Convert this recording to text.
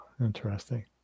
interesting